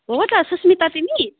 हो त सुस्मिता तिमी